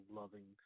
loving